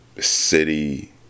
city